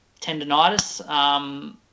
tendonitis